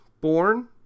born